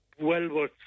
Wellworth